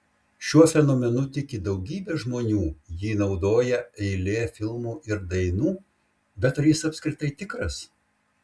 šiuo fenomenu tiki daugybė žmonių jį naudoja eilė filmų ir dainų bet ar jis apskritai tikras